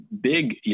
big